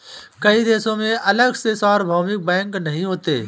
कई देशों में अलग से सार्वभौमिक बैंक नहीं होते